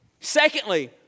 Secondly